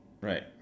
Right